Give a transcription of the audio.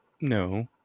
no